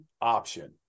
option